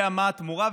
יודע מה התמורה,